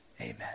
amen